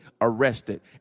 arrested